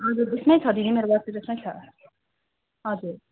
हजुर यसमै छ दिदी मेरो वाट्सएप यसमै छ हजुर